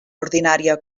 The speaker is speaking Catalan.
ordinària